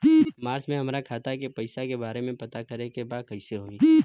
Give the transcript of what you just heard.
मार्च में हमरा खाता के पैसा के बारे में पता करे के बा कइसे होई?